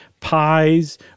pies